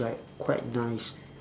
like quite nice